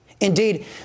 Indeed